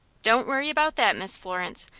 don't worry about that, miss florence.